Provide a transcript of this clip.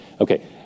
Okay